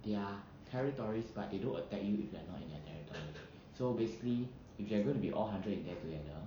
their territories but they don't attack you if you're not in their territory so basically if you are gonna be all hundred in there together